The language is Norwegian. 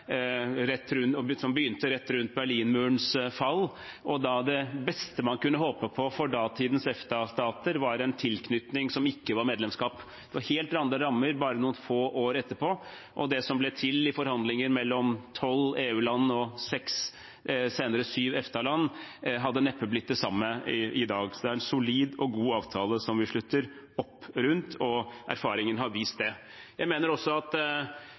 rett rundt Berlinmurens fall. Det beste man kunne håpe på for datidens EFTA-stater, var en tilknytning som ikke var medlemskap. Det var helt andre rammer bare noen få år etterpå, og det som ble til i forhandlinger mellom tolv EU-land og seks, senere syv, EFTA-land, hadde neppe blitt det samme i dag. Det er en solid og god avtale vi slutter opp om, erfaringene har vist det. Jeg mener også at